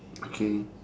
okay